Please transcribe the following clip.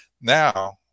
Now